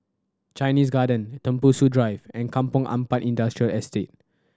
Chinese Garden Tembusu Drive and Kampong Ampat Industrial Estate